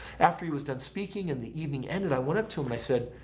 after he was done speaking and the evening end and i went up to him i said,